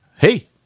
hey –